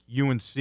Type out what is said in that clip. UNC